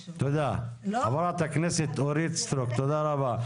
--- חוק חברת הכנסת אורית סטרוק, תודה רבה.